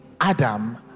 Adam